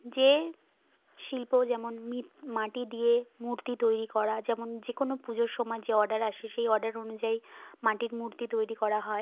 যে শিল্প যেমন মিত মাটি দিয়ে মূর্তি তৈরি করা যেমন যে কোনো পুজোর সময় যে অর্ডার আসে সেই অর্ডার অনুযায়ী মাটির মূর্তি তৈরি করা হয়